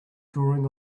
drawing